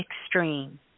extreme